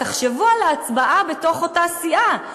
תחשבו על ההצבעה בתוך אותה סיעה.